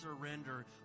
surrender